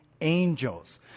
angels